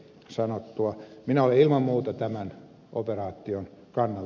minä olen ilman muuta tämän operaation kannalla